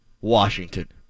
Washington